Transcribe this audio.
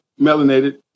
melanated